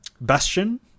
bastion